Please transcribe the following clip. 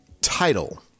title